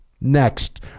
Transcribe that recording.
Next